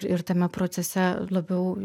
ir tame procese labiau